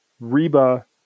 Reba